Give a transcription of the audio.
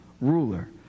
ruler